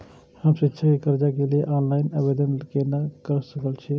हम शिक्षा के कर्जा के लिय ऑनलाइन आवेदन केना कर सकल छियै?